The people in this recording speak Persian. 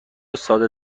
ساده